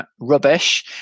rubbish